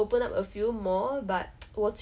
我还是要去 lah like